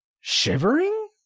shivering